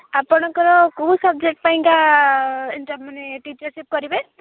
ଆପଣଙ୍କର କେଉଁ ସବଜେକ୍ଟ ପାଇଁ କା ଇଣ୍ଟରଭ୍ୟୁ ମାନେ ଟିଚରସିପ୍ କରିବେ